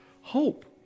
hope